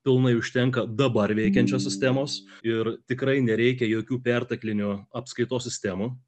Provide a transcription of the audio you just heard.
pilnai užtenka dabar veikiančios sistemos ir tikrai nereikia jokių perteklinių apskaitos sistemų